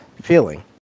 feeling